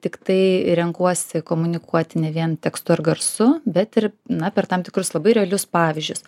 tiktai renkuosi komunikuoti ne vien tekstu ar garsu bet ir na per tam tikrus labai realius pavyzdžius